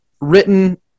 written